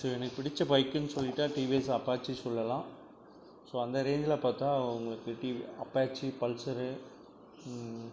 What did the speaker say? ச எனக்கு பிடித்த பைக்குன்னு சொல்லிவிட்டா டிவிஎஸ் அப்பாச்சி சொல்லலாம் ஸோ அந்த ரேஞ்சில் பார்த்தா உங்களுக்கு டிவி அப்பாச்சி பல்சரு